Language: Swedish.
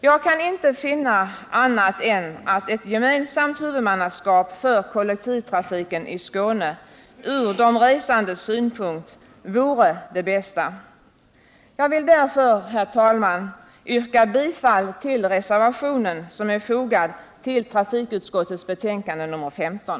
Jag kan inte finna annat än att ett gemensamt huvudmannaskap för kollektivtrafiken i Skåne ur de resandes synpunkt vore det bästa. Jag vill därför, herr talman, yrka bifall till den reservation som är fogad till trafikutskottets betänkande nr 15.